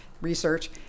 research